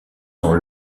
dans